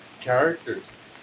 characters